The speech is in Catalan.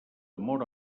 mor